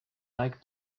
like